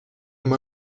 amb